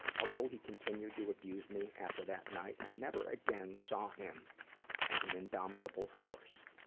although he continued to abuse me after that night, i never again saw him as an indomitable force.